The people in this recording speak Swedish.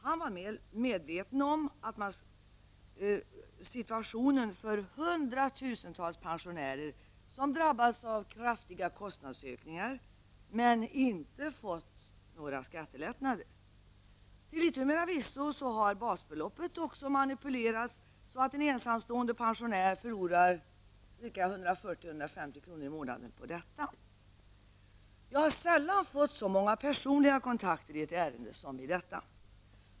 Han var väl medveten om situationen för hundratusentals pensionärer, som drabbats av kraftiga kostnadsökningar men inte fått några skattelättnader. Till yttermera visso har basbeloppet manipulerats så att en ensamstående pensionär förlorar ca 140--150 kr. i månaden på detta. Jag har sällan fått så många personliga kontakter i ett ärende som i detta.